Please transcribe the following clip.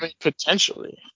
Potentially